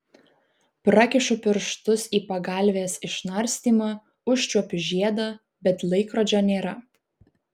prakišu pirštus į pagalvės išnarstymą užčiuopiu žiedą bet laikrodžio nėra